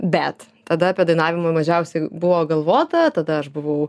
bet tada apie dainavimą mažiausiai buvo galvota tada aš buvau